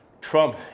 Trump